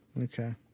okay